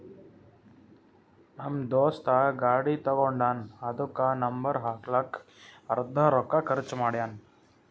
ನಮ್ ದೋಸ್ತ ಗಾಡಿ ತಗೊಂಡಾನ್ ಅದುಕ್ಕ ನಂಬರ್ ಹಾಕ್ಲಕ್ಕೆ ಅರ್ದಾ ರೊಕ್ಕಾ ಖರ್ಚ್ ಮಾಡ್ಯಾನ್